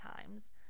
times